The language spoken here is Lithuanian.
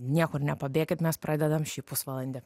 niekur nepabėkit mes pradedam šį pusvalandį